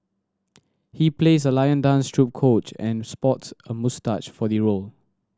he plays a lion dance troupe coach and sports a moustache for the role